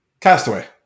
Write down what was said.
Castaway